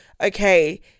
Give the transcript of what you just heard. okay